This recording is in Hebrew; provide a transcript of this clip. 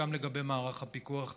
גם לגבי מערך הפיקוח הגריאטרי.